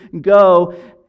go